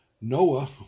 Noah